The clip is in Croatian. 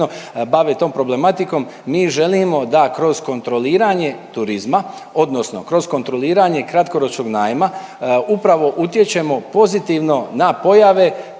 bave tom problematikom. Mi želimo da kroz kontroliranje turizma odnosno kroz kontroliranje kratkoročnog najma upravo utječemo pozitivno na pojave